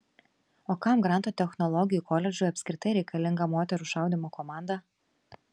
o kam granto technologijų koledžui apskritai reikalinga moterų šaudymo komanda